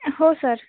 हो सर